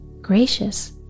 Gracious